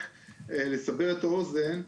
רק לסבר את האוזן,